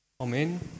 Amen